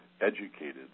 educated